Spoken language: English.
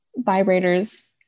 vibrators